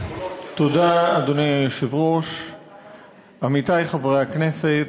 אדוני היושב-ראש, תודה, עמיתי חברי הכנסת,